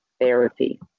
therapy